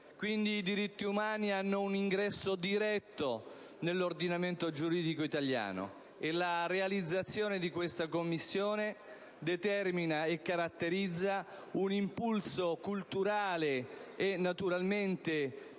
interna. I diritti umani hanno pertanto un ingresso diretto nell'ordinamento giuridico italiano. La realizzazione di questa Commissione determina e caratterizza un impulso culturale e, naturalmente,